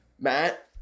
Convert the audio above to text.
Matt